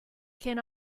can